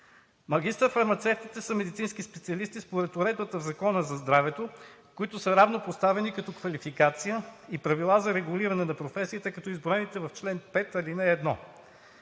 Магистър-фармацевтите са медицински специалисти и според уредбата в Закона за здравето са равнопоставени като квалификация и правила за регулиране на професията като изброените в чл. 5, ал. 1.